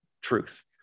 truth